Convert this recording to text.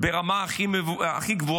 ברמה הכי גבוהה.